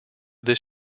this